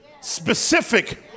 specific